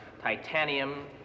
Titanium